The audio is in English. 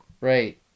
Right